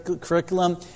curriculum